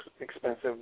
expensive